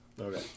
Okay